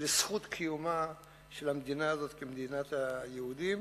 לזכות קיומה של המדינה הזאת כמדינת היהודים.